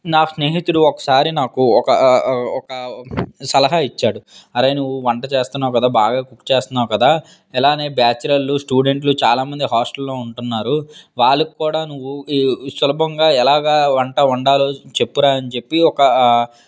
నా స్నేహితుడు ఒకసారి నాకు ఒక ఒక సలహా ఇచ్చాడు అరేయ్ నువ్వు వంట చేస్తున్నావు కదా బాగా కుక్ చేస్తున్నావు కదా ఇలాగే బ్యాచిలర్లు స్టూడెంట్లు చాలామంది హాస్టల్లో ఉంటున్నారు వాళ్ళకు కూడా నువ్వు ఈ సులభంగా ఎలాగ వంట వండాలో చెప్పురా అని చెప్పి ఒక